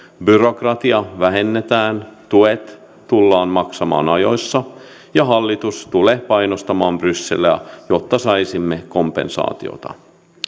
byrokratiaa vähennetään tuet tullaan maksamaan ajoissa ja hallitus tulee painostamaan brysseliä jotta saisimme kompensaatiota